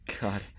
God